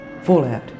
Fallout